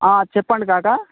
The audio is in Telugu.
చెప్పండి కాకా